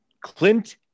Clint